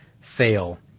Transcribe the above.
fail